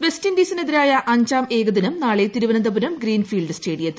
വെസ്റ്റിൻഡീസിനെതിരായ അഞ്ചാം ഏകദിനം നാളെ തിരുവനന്തപുരം ഗ്രീൻഫീൽഡ് സ്റ്റേഡിയത്തിൽ